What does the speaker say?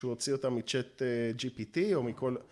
להוציא אותה מ-chat gpt או מכל..